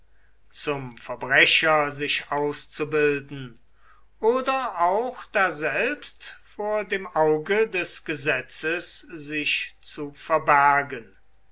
zum verbrecher sich auszubilden oder auch daselbst vor dem auge des gesetzes sich zu verbergen